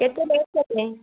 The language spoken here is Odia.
କେତେ ରେଟ୍ କେତେ